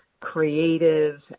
creative